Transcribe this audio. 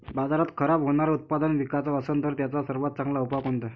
बाजारात खराब होनारं उत्पादन विकाच असन तर त्याचा सर्वात चांगला उपाव कोनता?